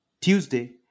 Tuesday